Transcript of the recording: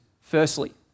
Firstly